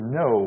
no